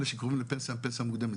אלה שקרובים לפנסיה מוקדמת.